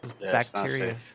bacteria